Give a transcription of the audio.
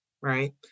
right